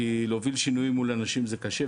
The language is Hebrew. כי להוביל שינויים מול אנשים זה קשה,